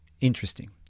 interesting